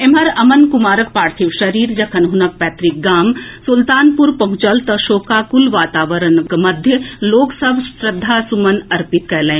एम्हर अमन कुमारक पार्थिव शरीर जखन हुनक पैतृक गाम सुल्तानपुर पहुंचल तऽ शोकाकुल वातावरणक मध्य लोक सभ श्रद्वासुमन अर्पित कएलनि